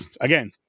again